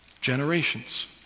generations